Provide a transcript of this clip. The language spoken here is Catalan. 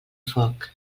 foc